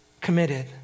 committed